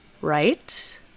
Right